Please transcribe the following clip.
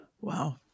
wow